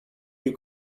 you